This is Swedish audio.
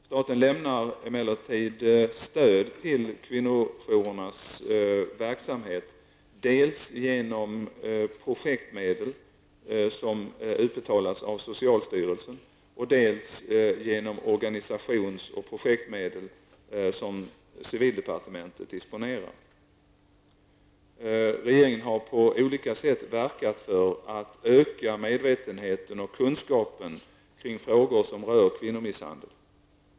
Staten lämnar emellertid stöd till kvinnojourernas verksamhet, dels genom projektmedel som utbetalas av socialstyrelsen, dels genom organisations och projektmedel som civildepartementet disponerar. Regeringen har på olika sätt verkat för att öka medvetenheten och kunskapen kring frågor som rör kvinnomisshandel.